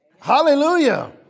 hallelujah